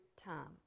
time